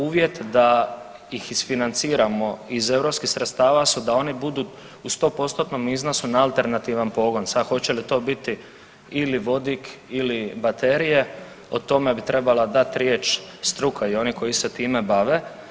Uvjet da ih isfinanciramo iz europskih sredstava su da oni budu u 100%-tnom iznosu na alternativan pogon, sad hoće li to biti ili vodik ili baterije o tome bi trebala dat riječ struka i oni koji se time bave.